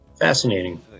fascinating